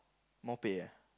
more pay ah